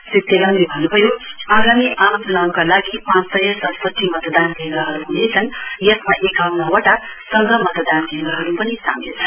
श्री तेलाङले भन्नुभयो आगामी आम चुनाउका लागि पाँचसय सडसठी मतदान केन्द्रहरू हनेछन् यसमा एक्काउन्न वटा संघ मतदान केन्द्रहरू पनि सामेल छन्